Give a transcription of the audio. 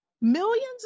millions